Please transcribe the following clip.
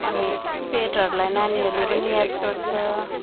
अनि पेटहरूलाई नानीहरूले पनि याद गर्छ